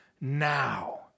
now